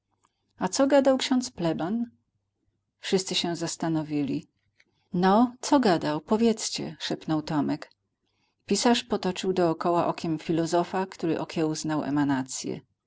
a co gadał ksiądz pleban wszyscy się zastanowili no co gadał powiedzcie szepnął tomek pisarz potoczył dokoła okiem filozofa który okiełznał emanacyę